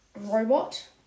robot